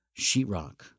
sheetrock